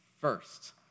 first